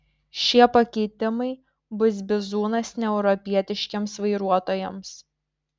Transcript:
šie pakeitimai bus bizūnas neeuropietiškiems vairuotojams